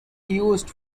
used